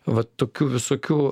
va tokių visokių